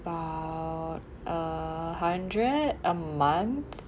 bout a hundred a month